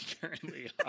currently